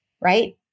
right